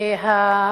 שיהיה ברור.